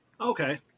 Okay